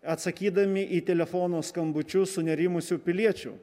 atsakydami į telefono skambučius sunerimusių piliečių